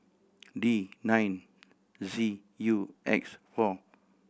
D nine Z U X four